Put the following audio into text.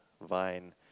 vine